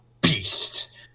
beast